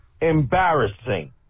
embarrassing